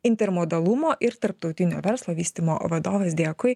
intermodalumo ir tarptautinio verslo vystymo vadovas dėkui